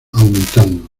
aumentando